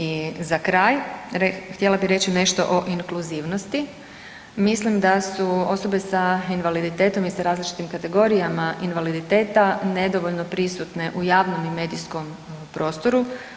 I za kraj, htjela bih reći nešto o inkluzivnosti, mislim da su osobe sa invaliditetom i s različitim kategorijama invaliditeta nedovoljno prisutne u javnom i medijskom prostoru.